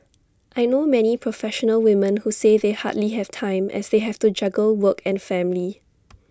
I know many professional women who say they hardly have time as they have to juggle work and family